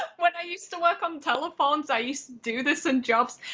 when i used to work on telephones, i used to do this in jobs,